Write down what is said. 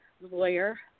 lawyer